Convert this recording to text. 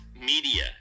Media